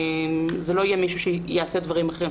זה לא יהיה מישהו שיעשה דברים אחרים,